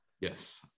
Yes